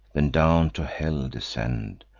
then down to hell descend,